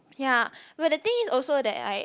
ya but the thing is also that I